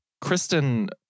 Kristen